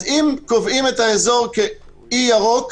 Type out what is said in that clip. אז אם קובעים את האזור כאי ירוק,